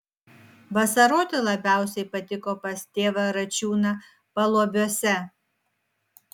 vasaroti labiausiai patiko pas tėvą račiūną paluobiuose